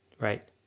right